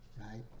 right